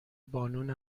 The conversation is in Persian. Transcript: بانون